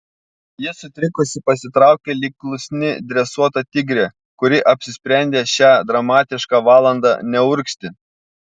ji sutrikusi pasitraukė lyg klusni dresuota tigrė kuri apsisprendė šią dramatišką valandą neurgzti